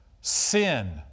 sin